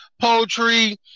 poultry